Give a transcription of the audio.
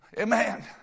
Amen